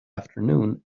afternoon